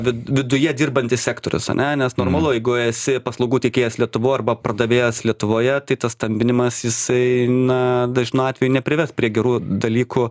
vid viduje dirbantis sektorius ane nes normalu jeigu esi paslaugų tiekėjas lietuvoj arba pardavėjas lietuvoje tai tas stambinimas jisai na dažnu atveju neprives prie gerų dalykų